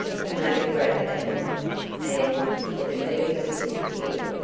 he made a grab at it and it immediately disappeared.